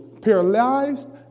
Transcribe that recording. paralyzed